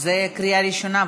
זו קריאה ראשונה,